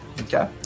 Okay